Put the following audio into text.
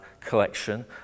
collection